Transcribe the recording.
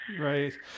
right